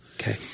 Okay